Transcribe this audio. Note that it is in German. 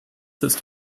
ist